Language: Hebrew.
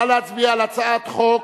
נא להצביע בקריאה טרומית על הצעת חוק